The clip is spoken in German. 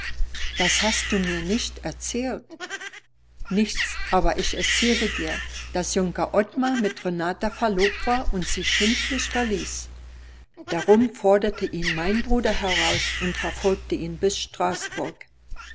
das hast du mir nicht erzählt nichts aber ich erzählte dir daß junker ottmar mit renata verlobt war und sie schimpflich verließ darum forderte ihn mein bruder heraus und verfolgte ihn bis